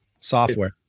software